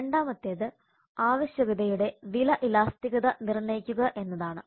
രണ്ടാമത്തേത് ആവശ്യകതയുടെ വില ഇലാസ്തികത നിർണ്ണയിക്കുക എന്നതാണ്